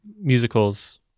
musicals